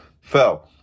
fell